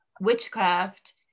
witchcraft